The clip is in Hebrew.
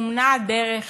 סומנה הדרך,